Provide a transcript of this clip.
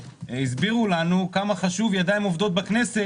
הסבירו לנו כמה חשוב ידיים עובדות בכנסת,